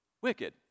Wicked